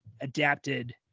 adapted